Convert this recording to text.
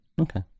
Okay